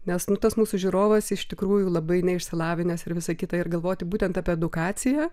nes tas mūsų žiūrovas iš tikrųjų labai neišsilavinęs ir visą kitą ir galvoti būtent apie edukaciją